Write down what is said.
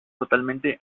totalmente